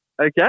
okay